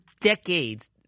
decades